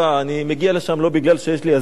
אני מגיע לשם לא כי יש לי אזיקון,